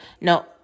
no